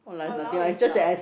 !walao! is allowed